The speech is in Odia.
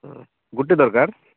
ହଁ ଗୋଟେ ଦରକାର